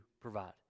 provide